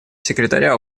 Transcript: секретаря